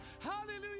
Hallelujah